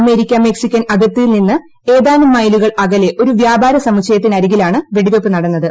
America Mexican അതിർത്തിയിൽ നിന്ന് ഏതാനും മൈലുകൾ അകലെ ഒരു വ്യാപാര സമുച്ചയത്തിനരികിലാണ് വെടിവയ്പ്പ് നടന്നത്